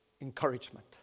encouragement